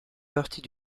partie